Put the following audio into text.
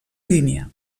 línia